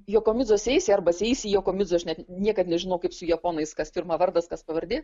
jokomidzo seisi eisi arba seisi jokomidzo aš net niekad nežinau kaip su japonais kas pirma vardas kas pavardė